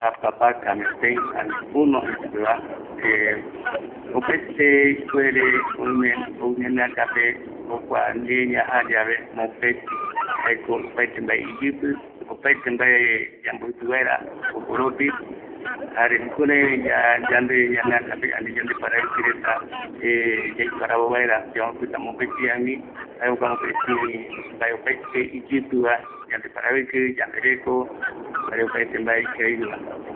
Kua papaka mopötï ani uno jei supeva, opaete oime ipuere ani ou ñaneakape, jokua ñee ñajaa yave, mopëtï jaeko opaete mbae iyïpï, opaete mbae yamboïpï vaera, jokoropi jare jukurai yande ñaneakape ani yande paraviki reta yaiparavo vaera, yamboïpïta möpëtï rami, jae jokua opaete mbae iyïpïva yande paraviki, yandereko, jare opaete mbae ikavigueva.